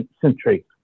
century